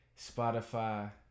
Spotify